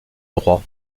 droit